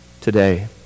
today